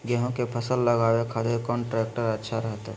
गेहूं के फसल लगावे खातिर कौन ट्रेक्टर अच्छा रहतय?